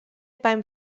beim